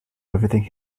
everything